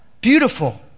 beautiful